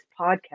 podcast